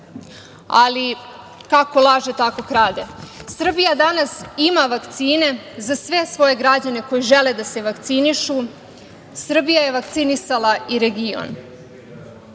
Ali, kako laže, tako krade. Srbija danas ima vakcine za sve svoje građane koji žele da se vakcinišu. Srbija je vakcinisala i region. Pored